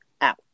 out